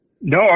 No